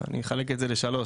אני אחלק את זה לשלוש,